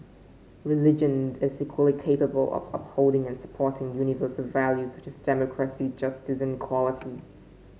religion is equally capable of upholding and supporting universal values such as democracy justice and equality